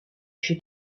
she